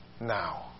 now